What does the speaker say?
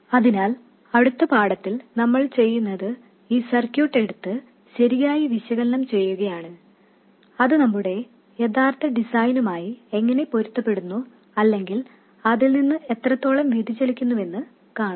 അതിനാൽ അടുത്ത പാഠത്തിൽ നമ്മൾ ചെയ്യുന്നത് ഈ സർക്യൂട്ട് എടുത്ത് ശരിയായി വിശകലനം ചെയ്യുകയാണ് അത് നമ്മുടെ യഥാർത്ഥ ഡിസൈനുമായി എങ്ങനെ പൊരുത്തപ്പെടുന്നു അല്ലെങ്കിൽ അതിൽ നിന്ന് എത്രത്തോളം വ്യതിചലിക്കുന്നുവെന്ന് കാണാം